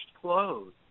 clothes